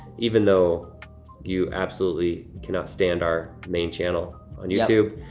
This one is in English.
even though you absolutely cannot stand our main channel on youtube,